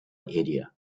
area